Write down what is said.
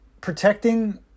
protecting